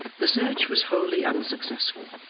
the search was wholly unsuccessful.